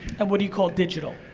and what do you call digital?